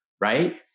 right